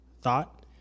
thought